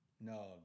No